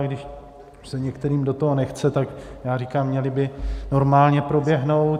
Když se některým do toho nechce, tak já říkám, měly by normálně proběhnout.